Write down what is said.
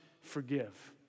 forgive